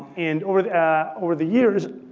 and over the ah over the years,